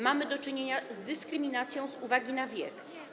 Mamy do czynienia z dyskryminacją z uwagi na wiek.